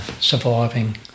surviving